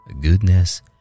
goodness